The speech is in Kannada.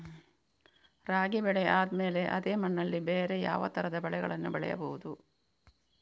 ರಾಗಿ ಬೆಳೆ ಆದ್ಮೇಲೆ ಅದೇ ಮಣ್ಣಲ್ಲಿ ಬೇರೆ ಯಾವ ತರದ ಬೆಳೆಗಳನ್ನು ಬೆಳೆಯಬಹುದು?